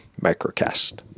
Microcast